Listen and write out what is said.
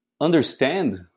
understand